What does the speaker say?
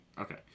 Okay